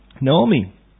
Naomi